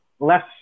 Less